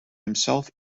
himself